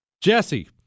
Jesse